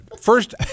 first